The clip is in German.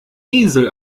esel